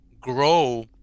grow